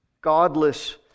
godless